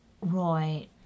Right